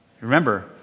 Remember